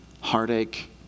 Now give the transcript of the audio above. heartache